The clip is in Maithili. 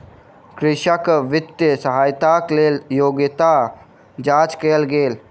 कृषक वित्तीय सहायताक लेल योग्यता जांच कयल गेल